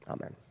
Amen